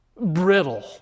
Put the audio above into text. Brittle